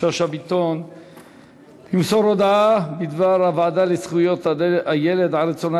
שאשא ביטון תמסור הודעה מטעם הוועדה לזכויות הילד על רצונה